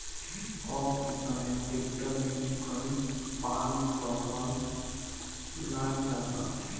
अब के समय ट्रैक्टर में ही कई फाल क हल लाग जात बा